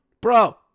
Bro